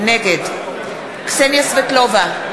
נגד קסניה סבטלובה,